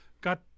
got